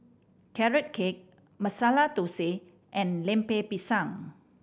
Carrot Cake Masala Thosai and Lemper Pisang